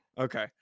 Okay